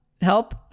Help